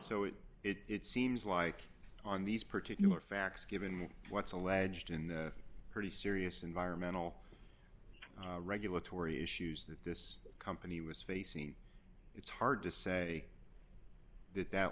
so it it seems like on these particular facts given what's alleged in the pretty serious environmental regulatory issues that this company was facing it's hard to say that that